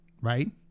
right